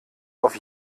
auf